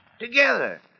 Together